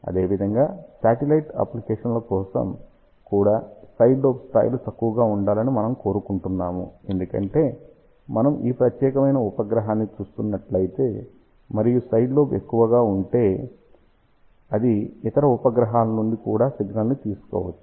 అదేవిధంగా satellite application కోసం కూడా సైడ్ లోబ్ స్థాయిలు తక్కువగా ఉండాలని మనము కోరుకుంటున్నాము ఎందుకంటే మనం ఈ ప్రత్యేకమైన ఉపగ్రహాన్ని చూస్తున్నట్లయితే మరియు సైడ్ లోబ్ ఎక్కువగా ఉంటే అది ఇతర ఉపగ్రహాల నుండి కూడా సిగ్నల్ ని తీసుకోవచ్చు